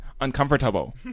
uncomfortable